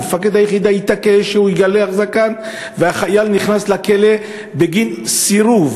מפקד היחידה התעקש שהוא יגלח את הזקן והחייל נכנס לכלא בגין סירוב,